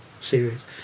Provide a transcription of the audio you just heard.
series